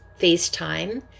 FaceTime